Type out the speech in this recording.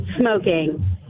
smoking